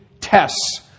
tests